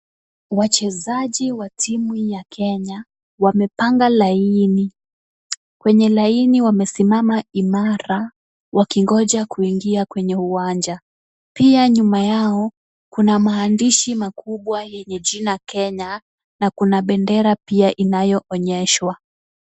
Wachezaji wa timu ya Kenya, wamepanga line . Kwenye line wamesimama imara, wakingoja kuingia kwenye uwanja. Pia nyuma yao, kuna maandishi makubwa yenye jina Kenya na kuna bendera pia inayoonyeshwa.